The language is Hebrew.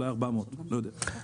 אולי 400. לא יודע.